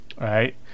right